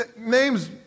names